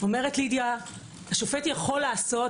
לידיה אומרת: השופט יכול לעשות,